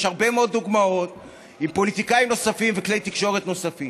יש הרבה מאוד דוגמאות עם פוליטיקאים נוספים וכלי תקשורת נוספים.